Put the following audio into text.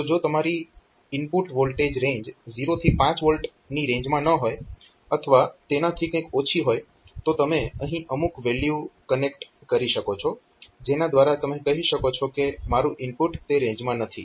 તો જો તમારી ઇનપુટ વોલ્ટેજ રેન્જ 0 થી 5 V ની રેન્જમાં ન હોય અથવા તેનાથી કંઈક ઓછી હોય તો તમે અહીં અમુક વેલ્યુ કનેક્ટ કરી શકો છો જેના દ્વારા તમે કહી શકો છો કે મારું ઇનપુટ તે રેન્જમાં નથી